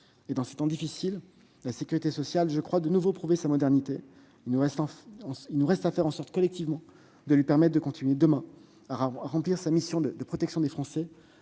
Dans ces temps difficiles, la sécurité sociale a de nouveau prouvé sa modernité. Il nous reste à faire en sorte collectivement de lui permettre de continuer, demain, à remplir sa mission de protection des Français.